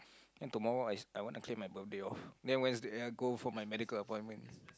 then tomorrow I I wanna claim my birthday off then Wednesday I go for my medical appointment